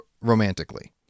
romantically